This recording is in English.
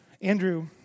Andrew